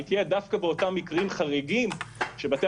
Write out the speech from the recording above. היא תהיה דווקא במקרים החריגים שבתי